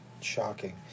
shocking